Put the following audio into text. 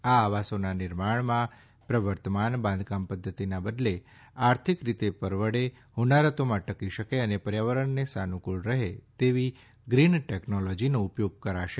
આ આવાસોના નિર્માણમાં પ્રવર્તમાન બાંધકામ પધ્ધતિના બદલે આર્થિક રીતે પરવડે હોનારતોમાં ટકી શકે અને પર્યાવરણને સાનુક્રળ રહે તેવી ગ્રીન ટેકનોલોજીનો ઉપયોગ કરાશે